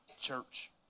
church